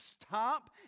stop